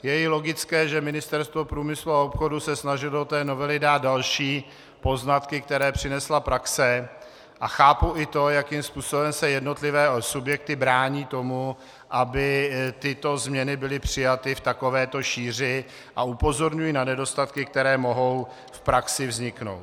Je i logické, že Ministerstvo průmyslu a obchodu se snažilo do té novely dát další poznatky, které přinesla praxe, a chápu i to, jakým způsobem se jednotlivé subjekty brání tomu, aby tyto změny byly přijaty v takovéto šíři, a upozorňují na nedostatky, které mohou v praxi vzniknout.